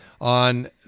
on